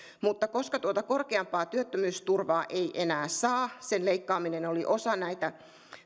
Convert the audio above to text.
mutta koska tuota korkeampaa työttömyysturvaa ei enää saa sen leikkaaminen oli osa näitä